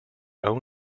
own